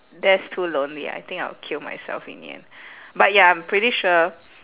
that's too lonely I think I'll kill myself in the end but ya I'm pretty sure